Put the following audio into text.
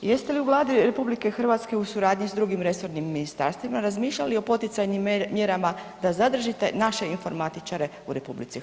Jeste li u Vladi RH u suradnji s drugim resornim ministarstvima razmišljali o poticajnim mjerama da zadržite naše informatičare u RH?